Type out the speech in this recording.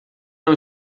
não